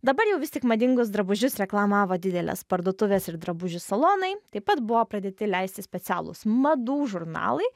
dabar jau vis tik madingus drabužius reklamavo didelės parduotuvės ir drabužių salonai taip pat buvo pradėti leisti specialūs madų žurnalai